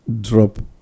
drop